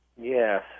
Yes